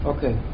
Okay